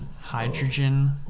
hydrogen